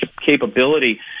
capability